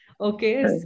Okay